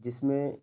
جس میں